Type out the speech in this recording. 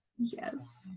yes